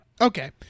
Okay